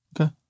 Okay